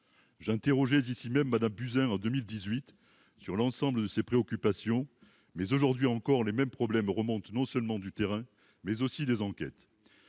j'interrogé ici-même Madame Buzyn en 2018 sur l'ensemble de ses préoccupations, mais aujourd'hui encore, les mêmes problèmes remontent non seulement du terrain mais aussi des enquêtes